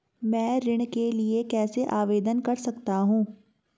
मैं ऋण के लिए कैसे आवेदन कर सकता हूं?